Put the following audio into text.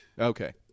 Okay